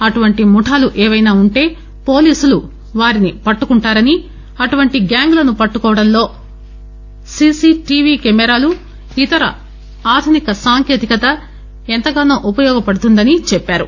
అటువంటి ముఠాలు ఏవైనా ఉంటే పోలీసులు వారిని పట్టుకుంటారనీ అటువంటి గ్యాంగ్ లను పట్లుకోవడంలో సీసీటీవీ కెమెరాలు ఇతర ఆధునిక సాంకేతికత ఎంతో ఉపయోగపడుతుందనీ చెప్పారు